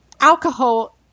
alcohol